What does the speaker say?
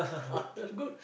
ah that's good